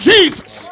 Jesus